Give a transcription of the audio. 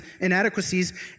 inadequacies